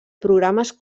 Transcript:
programes